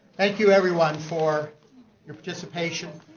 thank you everyone for your participation